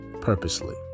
purposely